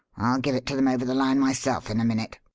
i'll give it to them over the line myself in a minute.